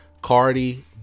Cardi